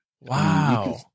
Wow